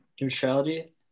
neutrality